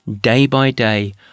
day-by-day